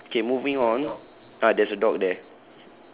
okay okay moving on ah there's a dog there